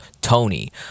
tony